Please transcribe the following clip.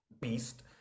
beast